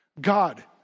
God